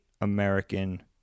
American